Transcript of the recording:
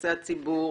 יחסי הציבור,